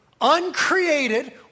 uncreated